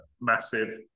massive